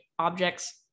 object's